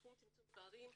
לתחום צמצום הפערים,